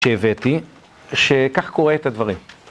שהבאתי, שכך קורא את הדברים.